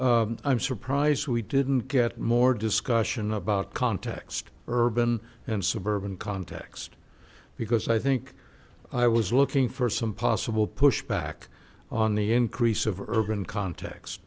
only i'm surprised we didn't get more discussion about context urban and suburban context because i think i was looking for some possible pushback on the increase of urban cont